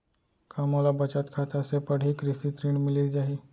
का मोला बचत खाता से पड़ही कृषि ऋण मिलिस जाही?